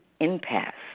impasse